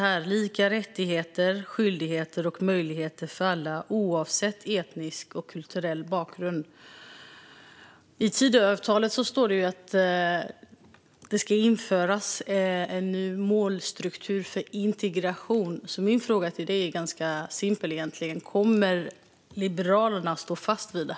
De lyder: Lika rättigheter, skyldigheter och möjligheter för alla oavsett etnisk och kulturell bakgrund. I Tidöavtalet står det att det ska införas en ny målstruktur för integration. Min fråga är egentligen ganska simpel. Kommer Liberalerna att stå fast vid det?